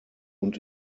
und